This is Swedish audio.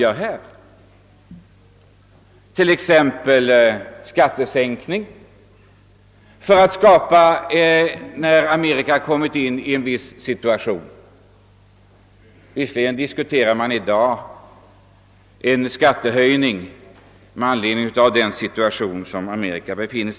Man tillgriper t.ex. skattesänkning när Amerika råkat in i en viss ekonomisk situation, låt vara att man i dag diskuterar en skattehöjning med anledning av det läge som just nu föreligger.